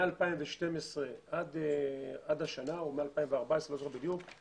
מ-2012 עד השנה, או מ-2014, לא זוכר בדיוק,